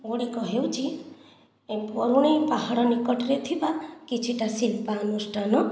ଗୁଡ଼ିକ ହେଉଛି ବରୁଣେଇ ପାହାଡ଼ ନିକଟରେ ଥିବା କିଛିଟା ଶିଳ୍ପାଅନୁଷ୍ଠାନ